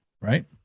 Right